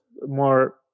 more